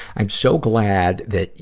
i'm so glad that,